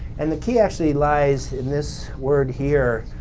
and the key actually lies in this word here,